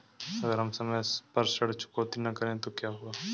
अगर हम समय पर ऋण चुकौती न करें तो क्या होगा?